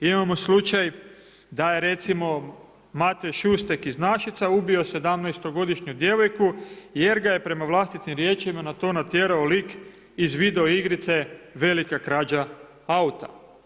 Imamo slučaj da je recimo Matej Šustek iz Našica ubio 17-godišnju djevojku jer ga je prema vlastitim riječima na to natjerao lik iz video igrice Velika krađa auta.